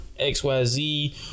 xyz